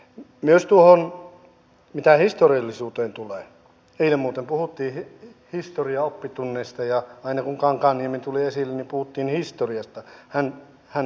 myös tuohon mitä historiallisuuteen tulee eilen muuten puhuttiin historian oppitunneista ja aina kun kankaanniemi tuli esille puhuttiin historiasta hän otti sen esille